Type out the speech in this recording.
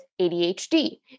ADHD